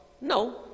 No